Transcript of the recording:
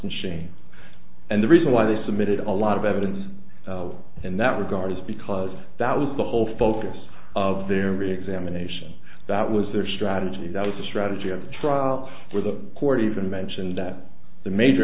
machines and the reason why they submitted a lot of evidence in that regard is because that was the whole focus of their examination that was their strategy that was the strategy of the trial where the court even mentioned that the major